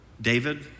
David